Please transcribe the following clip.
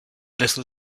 little